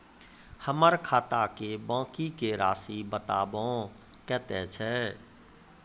हमर खाता के बाँकी के रासि बताबो कतेय छै?